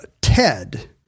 Ted